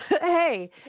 Hey